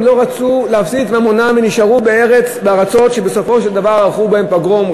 הם לא רצו להפסיד את ממונם ונשארו בארצות שבסופו של דבר עשו בהם פוגרום,